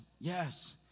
yes